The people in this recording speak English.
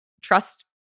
trust